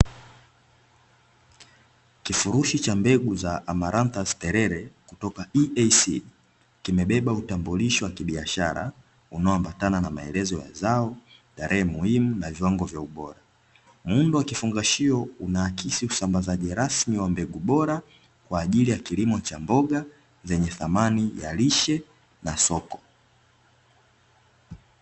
Kifurushi cha mbegu za "AMARANTHUS TERERE" kutoka "EA SEED" kimebeba utambulisho wa kibiashara, unaoambatana na maelezo ya zao, tarehe muhimu na viwango vya ubora, muundo wa kifungashio unaakisi usambazaji rasmi wa mbegu bora kwa ajili ya kilimo cha mboga zenye thamani ya lishe na soko.